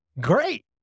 Great